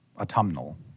autumnal